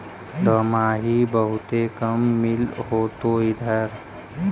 दमाहि बहुते काम मिल होतो इधर?